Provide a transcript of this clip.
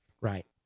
Right